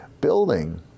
building